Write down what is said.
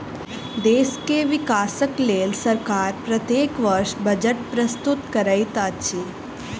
देश के विकासक लेल सरकार प्रत्येक वर्ष बजट प्रस्तुत करैत अछि